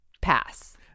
Pass